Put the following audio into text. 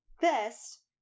Best